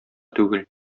түгел